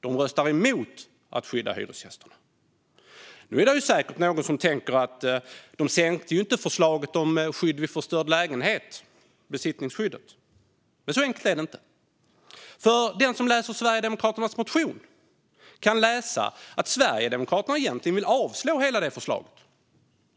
De röstar mot att skydda hyresgästerna. Nu tänker någon säkert att de ju inte sänkte förslaget om besittningsskyddet vid förstörd lägenhet. Men så enkelt är det inte. Den som läser Sverigedemokraternas motion ser att Sverigedemokraterna egentligen vill avslå hela det förslaget.